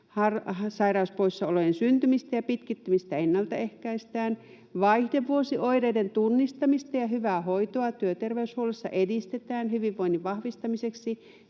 Sairauspoissaolojen syntymistä ja pitkittymistä ennaltaehkäistään. Vaihdevuosioireiden tunnistamista ja hyvää hoitoa työterveyshuollossa edistetään hyvinvoinnin vahvistamiseksi